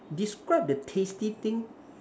describe the tasty thing